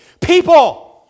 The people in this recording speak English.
People